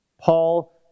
Paul